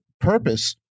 purpose